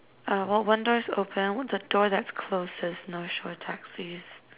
uh well one door is open the door that's closed is north shore taxis